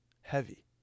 heavy